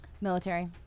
Military